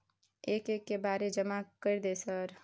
एक एक के बारे जमा कर दे सर?